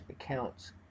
accounts